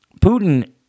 Putin